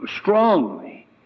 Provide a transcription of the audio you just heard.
strongly